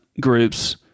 groups